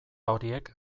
horiek